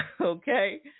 Okay